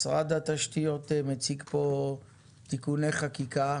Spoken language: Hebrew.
משרד התשתיות מציג פה תיקוני חקיקה